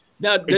Now